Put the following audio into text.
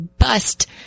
bust